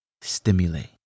stimulate